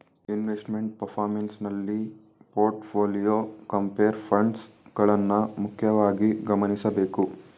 investment performance ನಲ್ಲಿ portfolio, compare funds ಗಳನ್ನ ಮುಖ್ಯವಾಗಿ ಗಮನಿಸಬೇಕು